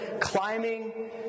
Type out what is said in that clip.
climbing